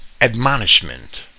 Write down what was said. admonishment